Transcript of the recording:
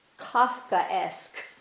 Kafka-esque